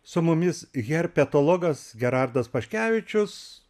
su mumis herpetologas gerardas paškevičius